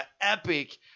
epic